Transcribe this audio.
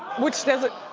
which doesn't.